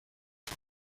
چون